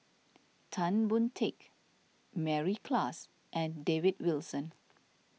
Tan Boon Teik Mary Klass and David Wilson